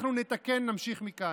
אנחנו נתקן, נמשיך מכאן.